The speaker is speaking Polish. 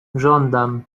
żądam